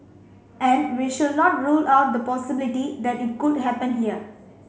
and we should not rule out the possibility that it could happen here